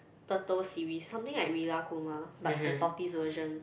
turtle series something like Rilakkuma but the tortoise version